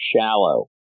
shallow